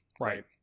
Right